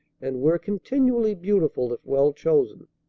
and were continually beautiful if well chosen.